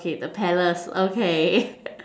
okay the palace okay